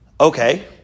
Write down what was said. Okay